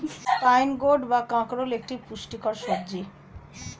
spine gourd বা কাঁকরোল একটি পুষ্টিকর সবজি